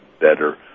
better